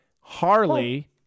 harley